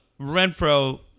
Renfro